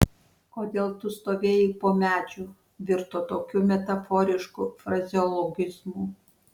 kodėl tu stovėjai po medžiu virto tokiu metaforišku frazeologizmu